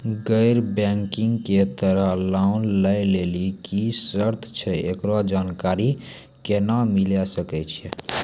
गैर बैंकिंग के तहत लोन लए लेली की सर्त छै, एकरो जानकारी केना मिले सकय छै?